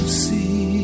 see